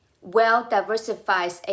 well-diversified